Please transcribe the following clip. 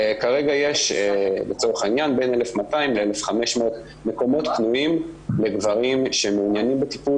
כרגע יש לצורך העניין בין 1200 ל-1500 מקומות לגברים שמעוניינים בטיפול,